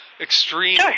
extreme